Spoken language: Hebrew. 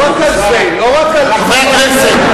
חברי הכנסת,